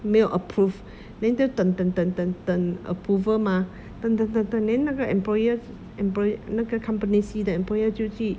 没有 approve then 就等等等等等 approval mah 等等等等 then 那个 employer employe~ 那个 company C 的 employer 就去